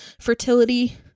fertility